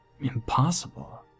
impossible